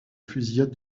fusillade